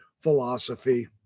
philosophy